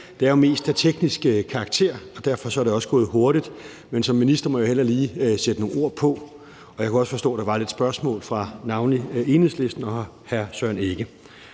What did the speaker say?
Det er jo mest af teknisk karakter. Derfor er det også gået hurtigt. Men som minister må jeg hellere lige sætte nogle ord på. Jeg kunne også forstå, at der var lidt spørgsmål fra navnlig Enhedslisten og hr. Søren Egge